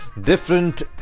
different